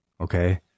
Okay